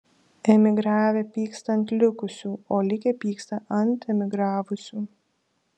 emigravę pyksta ant likusių o likę pyksta ant emigravusių